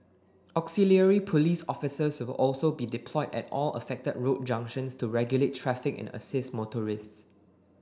auxiliary police officers will also be deployed at all affected road junctions to regulate traffic and assist motorists